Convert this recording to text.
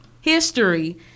History-